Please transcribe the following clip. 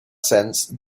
sense